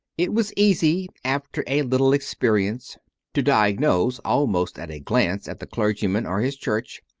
it was easy after a little experience to diagnose, almost at a glance at the clergyman or his church,